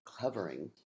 covering